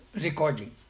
recording